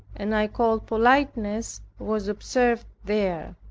and i called politeness, was observed there.